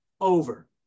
Over